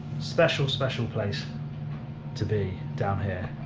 special, special place to be down here.